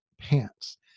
pants